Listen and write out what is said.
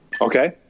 Okay